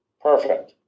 perfect